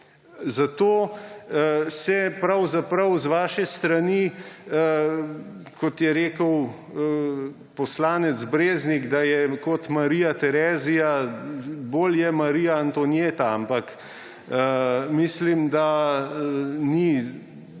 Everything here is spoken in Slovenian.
Zato se pravzaprav z vaše strani, kot je rekel poslanec Breznik, da je kot Marija Terezija; bolj je Marija Antoaneta, ampak mislim, da ni treba